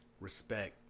respect